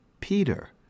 Peter